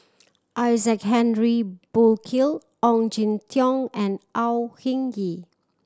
Isaac Henry Burkill Ong Jin Teong and Au Hing Yee